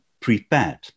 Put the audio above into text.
prepared